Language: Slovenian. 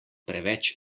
preveč